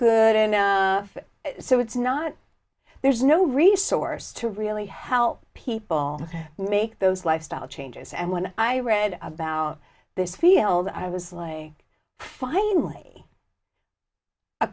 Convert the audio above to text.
good enough so it's not there's no resource to really help people make those lifestyle changes and when i read about this field i was like a fine